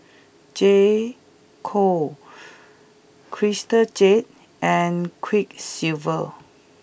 J Co Crystal Jade and Quiksilver